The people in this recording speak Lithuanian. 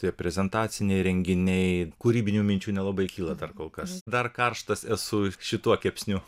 tie prezentaciniai renginiai kūrybinių minčių nelabai kyla dar kol kas dar karštas esu šituo kepsniu